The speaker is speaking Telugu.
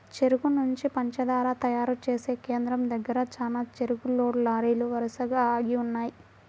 చెరుకు నుంచి పంచదార తయారు చేసే కేంద్రం దగ్గర చానా చెరుకు లోడ్ లారీలు వరసగా ఆగి ఉన్నయ్యి